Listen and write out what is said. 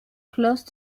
close